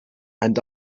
and